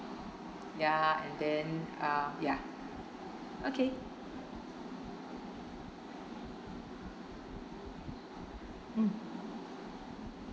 ya and then uh ya okay mm